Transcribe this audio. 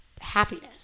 happiness